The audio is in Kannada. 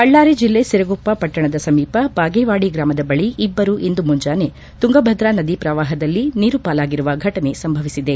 ಬಳ್ಳಾರಿ ಜಿಲ್ಲೆ ಸಿರಗುಪ್ಪ ಪಟ್ಟಣದ ಸಮೀಪ ಭಾಗೇವಾಡಿ ಗ್ರಾಮದ ಬಳಿ ಇಬ್ಬರು ಇಂದು ಮುಂಜಾನೆ ತುಂಗಭದ್ರ ನದಿ ಪ್ರವಾಹದಲ್ಲಿ ನೀರು ಪಾಲಾಗಿರುವ ಘಟನೆ ಸಂಭವಿಸಿದೆ